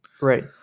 Right